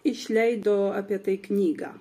išleido apie tai knygą